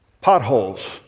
potholes